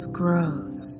grows